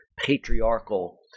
patriarchal